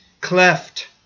cleft